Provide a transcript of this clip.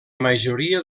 majoria